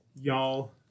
y'all